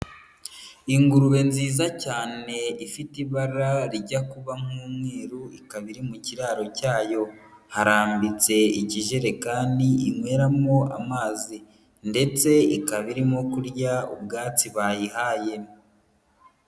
Ingurube nziza cyane ifite ibara rijya kuba nk'umweru ikaba iri mu kiraro cyayo, harambitse ikijerekani inyweramo amazi ndetse ikaba irimo kurya ubwatsi bayihaye.